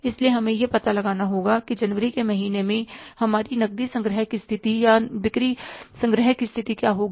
इसलिए हमें यह पता लगाना होगा कि जनवरी के महीने में हमारी नकदी संग्रह की स्थिति या बिक्री संग्रह की स्थिति क्या होगी